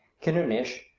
kishrnish,